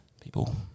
people